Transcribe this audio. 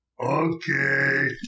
Okay